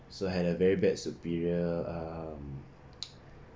so I had a very bad superior um